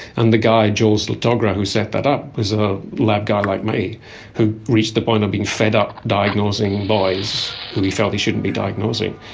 and the guy, joel zlotogora, who set that up, was a lab guy like me who reached the point of being fed up diagnosing boys who he felt he shouldn't be diagnosing,